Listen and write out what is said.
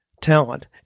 talent